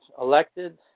elected